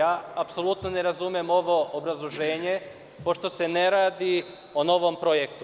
Apsolutno ne razumem ovo obrazloženje, pošto se ne radi o novom projektu.